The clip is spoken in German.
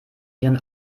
ihren